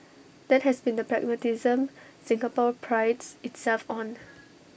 that has been the pragmatism Singapore prides itself on